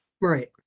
Right